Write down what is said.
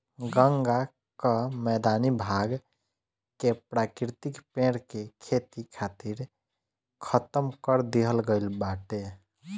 गंगा कअ मैदानी भाग के प्राकृतिक पेड़ के खेती खातिर खतम कर दिहल गईल बाटे